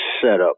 setup